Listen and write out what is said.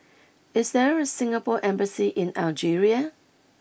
is there a Singapore embassy in Algeria